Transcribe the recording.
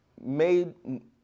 made